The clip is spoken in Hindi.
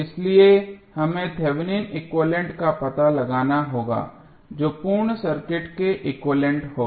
इसलिए हमें थेवेनिन एक्विवैलेन्ट का पता लगाना होगा जो पूर्ण सर्किट के एक्विवैलेन्ट होगा